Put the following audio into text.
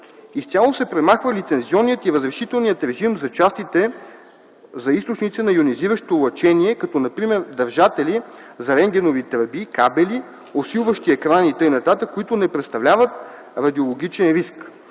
изцяло се премахва лицензионният и разрешителният режим за частите за източници на йонизиращо лъчение, като например държатели за рентгенови тръби, кабели, усилващи екрани и т.н., които не представляват радиологичен риск;